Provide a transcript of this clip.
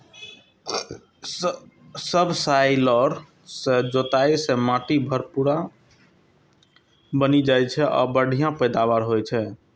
subsoiler सं जोताइ सं माटि भुरभुरा बनि जाइ छै आ बढ़िया पैदावार होइ छै